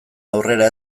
aurrera